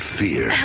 fear